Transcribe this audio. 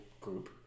group